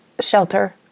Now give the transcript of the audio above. shelter